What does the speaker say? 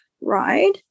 ride